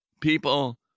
People